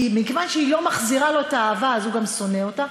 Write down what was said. מכיוון שהיא לא מחזירה לו אהבה אז הוא גם שונא אותה,